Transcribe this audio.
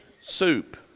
soup